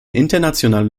internationale